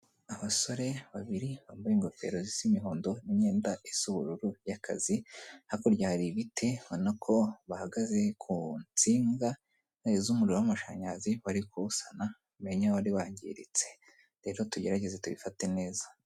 Abasore babiri bambaye ingofero zisa imihondo n' imyenda isa ubururu y'akazi, hakurya hari ibiti ubona ko bahagaze ku nsinga z'umuriro w'amashanyarazi, bari kuwusana menya wari wangiritse. Rero tugerageze tubifate neza.